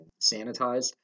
sanitized